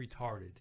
retarded